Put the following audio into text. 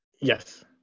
Yes